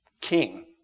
king